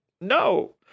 no